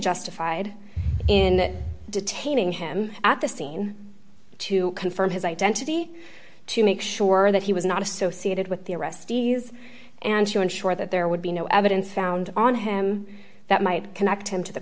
justified in detaining him at the scene to confirm his identity to make sure that he was not associated with the arrestees and sure ensure that there would be no evidence found on him that might connect him to the